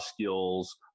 skills